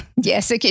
Yes